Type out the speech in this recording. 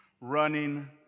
running